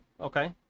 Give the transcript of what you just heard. okay